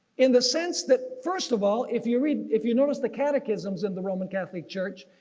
in the sense that, first of all, if you read if you notice the catechisms in the roman catholic church,